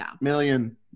million